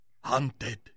Hunted